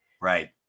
Right